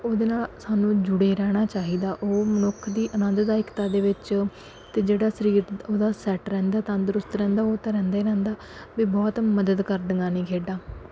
ਉਹਦੇ ਨਾਲ ਸਾਨੂੰ ਜੁੜੇ ਰਹਿਣਾ ਚਾਹੀਦਾ ਉਹ ਮਨੁੱਖ ਦੀ ਆਨੰਦਦਾਇਕਤਾ ਦੇ ਵਿੱਚ ਅਤੇ ਜਿਹੜਾ ਸਰੀਰ ਉਹਦਾ ਸੈੱਟ ਰਹਿੰਦਾ ਤੰਦਰੁਸਤ ਰਹਿੰਦਾ ਉਹ ਤਾਂ ਰਹਿੰਦਾ ਹੀ ਰਹਿੰਦਾ ਵੀ ਬਹੁਤ ਮਦਦ ਕਰਦੀਆਂ ਨੇ ਖੇਡਾਂ